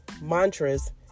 mantras